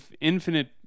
infinite